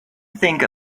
think